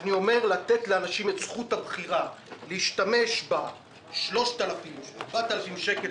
אני אומר לתת לאנשים את זכות הבחירה להשתמש ב-3,000-4,000 שקל,